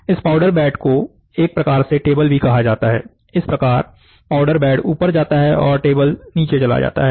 इस powder bed को एक प्रकार से टेबल भी कहा जाता है इस प्रकार पाउडर बेड ऊपर जाता है और टेबल से नीचे चला जाता है